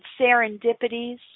serendipities